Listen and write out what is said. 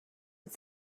but